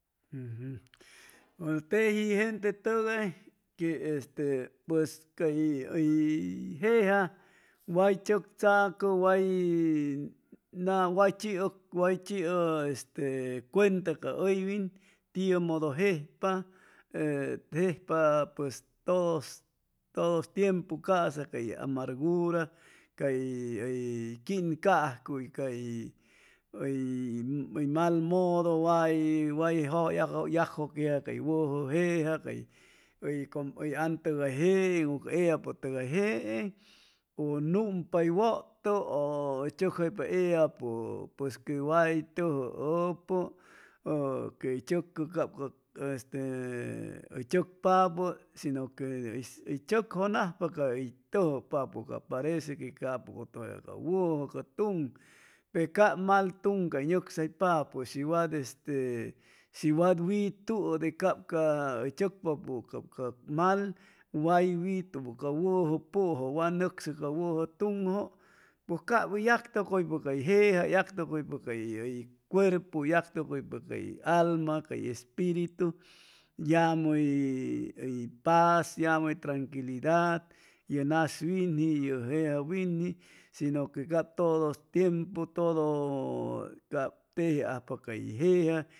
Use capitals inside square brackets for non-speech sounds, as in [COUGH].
Teji gentetʉgay que este pues cay hʉy hʉy jeja way tzʉctzacʉ way [HESITATION] way chiʉ cuenta ca hʉywin tiumodo jejpa jeja pues todos todos tiempu ca'sa cay amargura cay hʉy quincajcuy cay hʉy hʉy mal modo way way [HESITATION] cay wʉjʉ jeja cay como hʉy antʉgayjeeŋ u ellapʉtʉgayjeeŋ u numpa hʉ wʉtʉ ʉ ʉ hʉy tzʉcjaypa ellapʉ pues que way tʉjʉʉpʉ ʉ quey tzʉcʉ cap ca este hʉy chʉcpapʉ shinʉ que hʉy tzʉcjʉnajpa cay hʉy tʉjʉpapʉ parece que capʉ cʉtʉya wʉjʉ ca tuŋ pe cap mal tuŋ ca nʉcsaypapʉ shi wat este shi wat wituʉ de cap ca hʉy tzʉcpapʉ cap ca mal way wituwʉ ca wʉjʉpʉjʉ wa nʉcsʉ ca wʉjʉ tuŋjʉ poj cap hʉy yactʉcʉypa cay jeja hʉy yactʉcʉypa cay hʉy cuerpu hʉy yactʉcʉypa cay alma cay espiritu yamʉ hʉy paz llamʉ hʉy tranquilidad ye nas winji ye jeja winji shinʉ que cap todos tiempu todo cap tejiajpa cay jeja